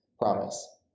promise